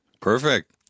Perfect